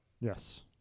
Yes